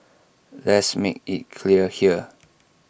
let's make IT clear here